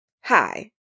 Hi